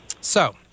So-